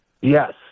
Yes